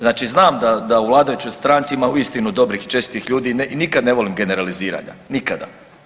Znači znam da u vladajućoj stranci ima uistinu dobrih i čestitih ljudi i nikad ne volim generalizirati, nikada.